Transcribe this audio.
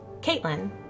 Caitlin